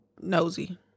nosy